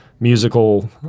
musical